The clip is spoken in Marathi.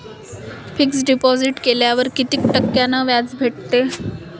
फिक्स डिपॉझिट केल्यावर कितीक टक्क्यान व्याज भेटते?